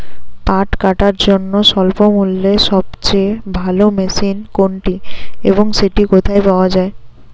পাট কাটার জন্য স্বল্পমূল্যে সবচেয়ে ভালো মেশিন কোনটি এবং সেটি কোথায় পাওয়া য়ায়?